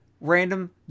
random